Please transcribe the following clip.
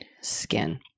skin